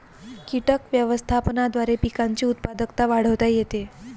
कीटक व्यवस्थापनाद्वारे पिकांची उत्पादकता वाढवता येते